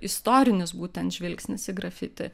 istorinis būtent žvilgsnis į grafiti